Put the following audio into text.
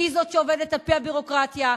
שהיא שעובדת על-פי הביורוקרטיה.